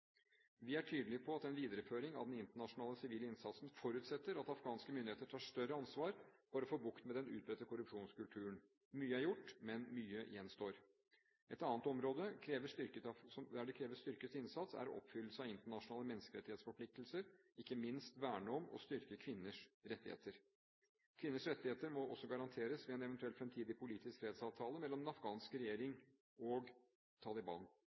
Vi er tydelige på at en videreføring av den internasjonale sivile innsatsen forutsetter at afghanske myndigheter tar større ansvar for å få bukt med den utbredte korrupsjonskulturen. Mye er gjort, men mye gjenstår. Et annet område der det kreves styrket innsats, er oppfyllelse av internasjonale menneskerettighetsforpliktelser, ikke minst verne om og styrke kvinners rettigheter. Kvinners rettigheter må også garanteres ved en eventuell fremtidig politisk fredsavtale mellom den afghanske regjering og Taliban.